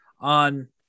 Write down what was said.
on